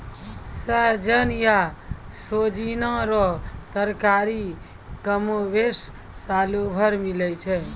सहजन या सोजीना रो तरकारी कमोबेश सालो भर मिलै छै